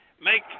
make